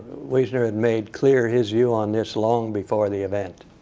wiesner had made clear his view on this long before the event.